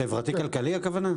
חברתי-כלכלי הכוונה?